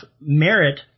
merit